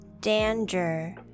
danger